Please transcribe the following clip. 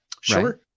Sure